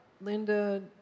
Linda